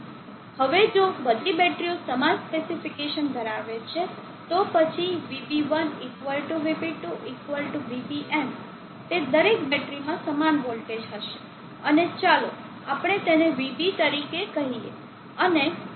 હવે જો બધી બેટરીઓ સમાન સ્પેસીફીકેશન ધરાવે છે તો પછી VB1 VB2 VBn તે દરેક બેટરીમાં સમાન વોલ્ટેજ હશે અને ચાલો આપણે તેને VB તરીકે કહીએ